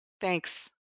Thanks